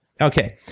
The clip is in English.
Okay